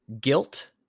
guilt